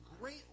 great